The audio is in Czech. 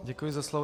Děkuji za slovo.